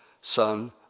Son